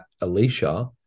alicia